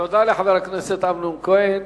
תודה לחבר הכנסת אמנון כהן.